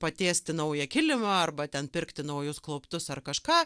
patiesti naują kilimą arba ten pirkti naujus klauptus ar kažką